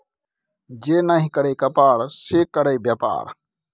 जे नहि करय कपाड़ से करय बेपार